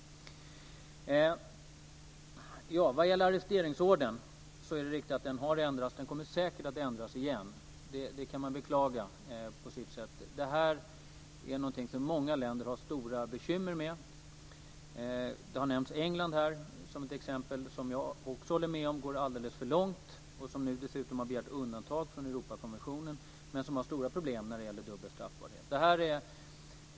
Det är riktigt att den europeiska arresteringsordern har ändrats och den kommer säkert att ändras igen, vilket på sitt sätt kan beklagas. Det här är något som många länder har stora bekymmer med. England har nämnts här som ett exempel. Jag håller med om att England går alldeles för långt. Dessutom har man nu begärt undantag från Europakonventionen. Man har stora problem när det gäller dubbel straffbarhet.